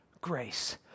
grace